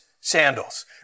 sandals